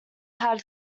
had